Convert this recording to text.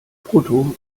brutto